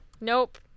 nope